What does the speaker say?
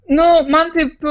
nu man taip